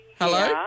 Hello